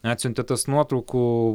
atsiuntė tas nuotraukų